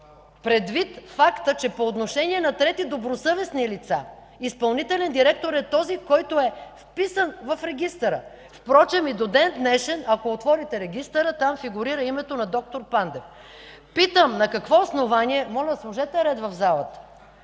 предвид факта, че по отношение на трети добросъвестни лица изпълнителен директор е този, който е вписан в регистъра?! Впрочем и до ден-днешен, ако отворите регистъра, там фигурира името на д-р Пандев. Питам: на какво основание… (Реплики от